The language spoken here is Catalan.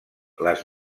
les